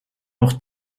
nog